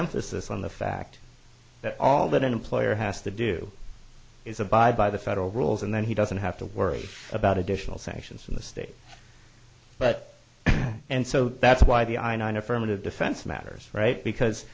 emphasis on the fact that all that an employer has to do is abide by the federal rules and then he doesn't have to worry about additional sanctions in the state but and so that's why the i nine affirmative defense matters right because